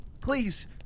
please